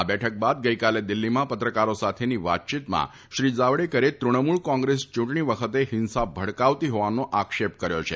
આ બેઠક બાદ ગઈકાલે દિલ્ફીમાં પત્રકારો સાથેની વાતચીતમાં શ્રી જાવડેકરે તૃણમુલ કોંગ્રેસ ચૂંટણી વખતે ફિંસાભડકાવતી ફોવાનો આક્ષેપ કર્યો છે